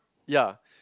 ya